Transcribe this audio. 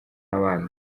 n’abandi